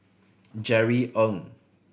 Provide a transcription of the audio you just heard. Jerry Ng